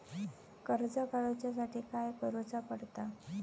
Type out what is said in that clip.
कर्ज काडूच्या साठी काय करुचा पडता?